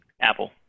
Apple